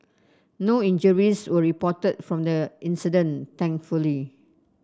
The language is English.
no injuries were reported from the incident thankfully